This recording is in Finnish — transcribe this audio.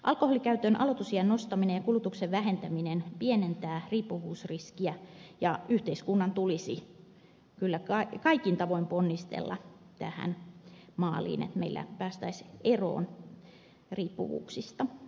alkoholinkäytön aloitusiän nostaminen ja kulutuksen vähentäminen pienentävät riippuvuusriskiä ja yhteiskunnan tulisi kyllä kaikin tavoin ponnistella tähän maaliin että meillä päästäisiin eroon riippuvuuksista alkoholiin